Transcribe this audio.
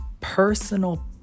personal